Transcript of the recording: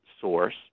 source